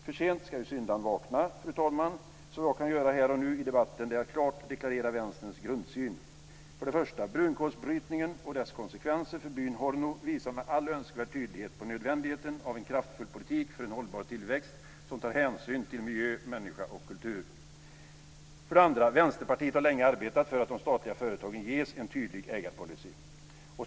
För sent ska ju syndaren vakna, fru talman, så vad jag kan göra här och nu i debatten är att klart deklarera Vänsterns grundsyn. För det första: Brunkolsbrytningen och dess konsekvenser för byn Horno visar med all önskvärd tydlighet nödvändigheten av en kraftfull politik för en hållbar tillväxt som tar hänsyn till miljö, människa och kultur. För det andra: Vänsterpartiet har länge arbetat för att de statliga företagen ges en tydlig ägarpolicy.